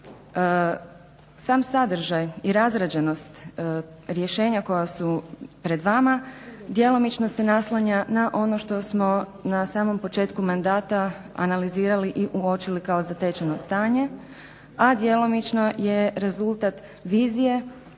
Sam sadržaj i razrađenost rješenja koja su pred vama djelomično se naslanja na ono što smo na samom početku mandata analizirali i uočili kao zatečeno stanje, a djelomično je rezultat vizije